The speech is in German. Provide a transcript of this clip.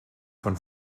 von